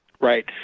Right